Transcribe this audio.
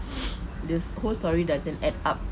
the whole story doesn't add up